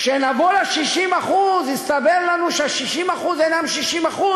כשנבוא ל-60%, יסתבר לנו שה-60% אינם 60%,